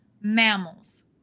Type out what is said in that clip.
Mammals